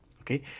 Okay